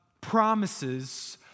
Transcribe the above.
promises